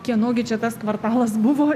kieno gi čia tas kvartalas buvo